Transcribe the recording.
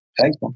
Thanks